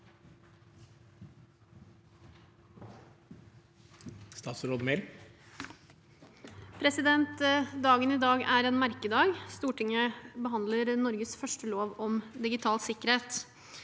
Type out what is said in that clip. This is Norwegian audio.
Dagen i dag er en merkedag. Stortinget behandler Norges første lov om digital sikkerhet.